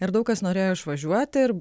ir daug kas norėjo išvažiuot ir